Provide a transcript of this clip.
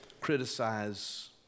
criticize